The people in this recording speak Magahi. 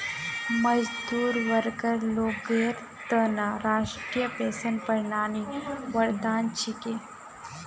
मजदूर वर्गर लोगेर त न राष्ट्रीय पेंशन प्रणाली वरदान छिके